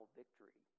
victory